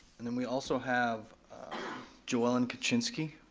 and then we also have jo ellen kaczynski.